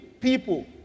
people